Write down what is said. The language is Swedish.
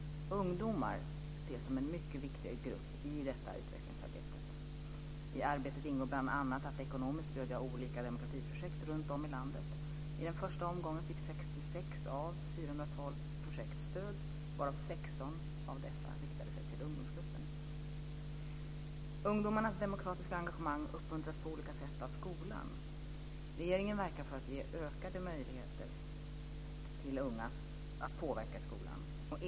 Ungdomar ses som en mycket viktig grupp i detta utvecklingsarbete. I arbetet ingår bl.a. att ekonomiskt stödja olika demokratiprojekt runt om i landet. I den första omgången fick 66 av 412 projekt stöd, varav 16 riktade sig till ungdomsgruppen. Ungdomarnas demokratiska engagemang uppmuntras på olika sätt av skolan. Regeringen verkar för att ge ökade möjligheter till unga att påverka i skolan.